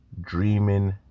dreaming